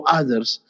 others